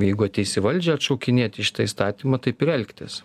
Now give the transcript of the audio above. jeigu ateis į valdžią atšaukinėti šitą įstatymą taip ir elgtis